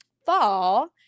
fall